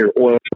oil